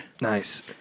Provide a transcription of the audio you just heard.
Nice